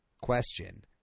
question